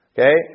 Okay